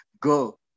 Go